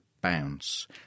bounce